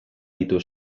ditu